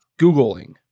Googling